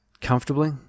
comfortably